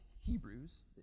Hebrews